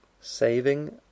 saving